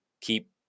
keep